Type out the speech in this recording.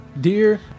Dear